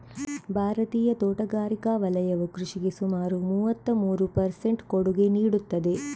ಭಾರತೀಯ ತೋಟಗಾರಿಕಾ ವಲಯವು ಕೃಷಿಗೆ ಸುಮಾರು ಮೂವತ್ತಮೂರು ಪರ್ ಸೆಂಟ್ ಕೊಡುಗೆ ನೀಡುತ್ತದೆ